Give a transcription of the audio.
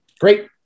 Great